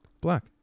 Black